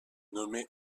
nommé